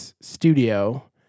studio